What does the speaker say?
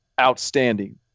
outstanding